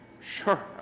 Sure